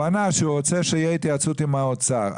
הוא ענה שהוא רוצה שתהיה התייעצות עם האוצר.